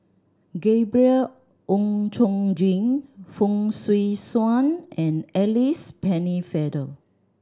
Gabriel Oon Chong Jin Fong Swee Suan and Alice Pennefather